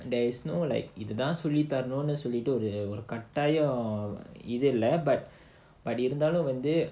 there is no like இது தான் சொல்லித்தரனும்னு சொல்லிட்டு ஒரு கட்டாயம் இது இல்ல:idhuthaan sollitharanumnu sollittu oru kattaayam idhu illa but but இருந்தாலும் வந்து:irunthaalum vandhu